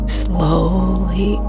slowly